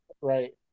Right